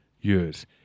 years